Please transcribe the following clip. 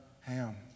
Ham